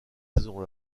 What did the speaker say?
saison